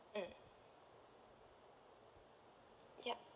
mm yup